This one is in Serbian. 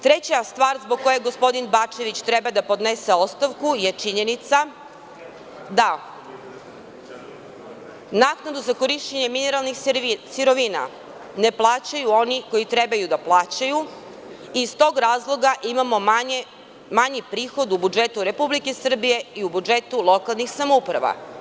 Treća stvar zbog koje gospodin Bačević treba da podnese ostavku je činjenica da naknadu za korišćenje mineralnih sirovina ne plaćaju oni koji treba da plaćaju i iz tog razloga imamo manji prihod u budžetu Republike Srbije i u budžetu lokalnih samouprava.